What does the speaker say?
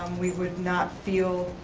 we would not feel,